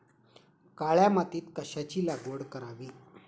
काळ्या मातीत कशाची लागवड करावी?